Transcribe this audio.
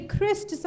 Christ